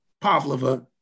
Pavlova